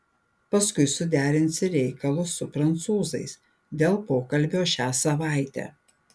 paskui suderinsi reikalus su prancūzais dėl pokalbio šią savaitę